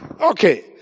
Okay